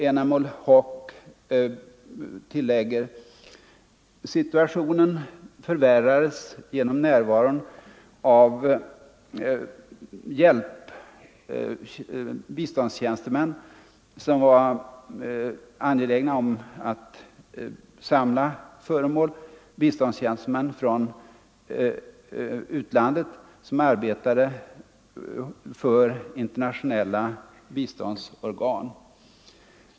Enamul Haque tillägger: Situationen förvärrades genom närvaron av biståndstjänstemän som var angelägna om att samla föremål — biståndstjänstemän från utlandet som arbetade för internationella hjälporgan.